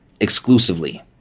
exclusively